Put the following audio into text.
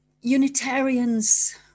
Unitarians